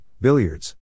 Billiards